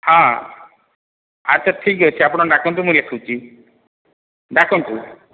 ହଁ ଆଚ୍ଛା ଠିକ୍ ଅଛି ଆପଣ ଡାକନ୍ତୁ ମୁଁ ଲେଖୁଛି ଡାକନ୍ତୁ